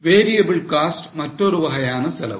Variable cost மற்றொரு வகையான செலவு